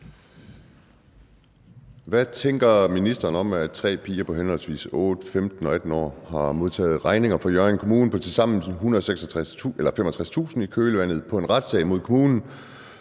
Hvad tænker ministeren om, at tre piger på henholdsvis 8, 15 og 18 år har modtaget regninger fra Hjørring Kommune på tilsammen 165.000 kr. i kølvandet på en retssag mod kommunen,